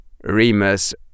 Remus